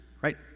right